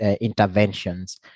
interventions